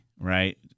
right